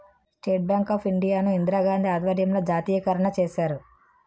state Bank of India ను ఇందిరాగాంధీ ఆధ్వర్యంలో జాతీయకరణ చేశారు